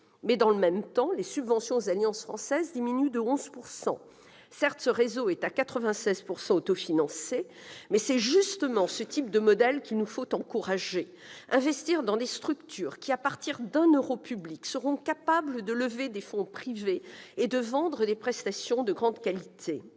mais, dans le même temps, les subventions aux Alliances françaises diminuent de 11 %. Certes, ce réseau est autofinancé à 96 %, mais c'est justement ce type de modèle qu'il nous faut encourager : investir dans des structures qui, à partir de 1 euro public, seront capables de lever des fonds privés et de vendre des prestations de grande qualité.